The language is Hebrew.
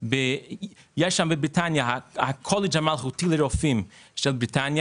יש ירידה בסיגריות וירידה במצתים.